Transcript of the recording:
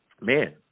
man